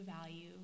value